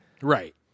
Right